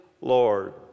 Lord